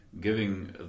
Giving